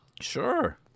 Sure